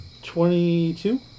Twenty-two